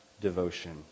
devotion